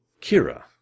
Kira